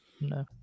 No